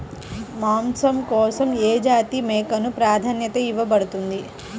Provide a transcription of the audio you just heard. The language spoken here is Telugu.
మాంసం కోసం ఏ జాతి మేకకు ప్రాధాన్యత ఇవ్వబడుతుంది?